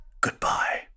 Goodbye